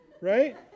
right